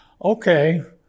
Okay